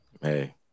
Hey